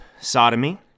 sodomy